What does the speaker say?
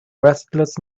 restless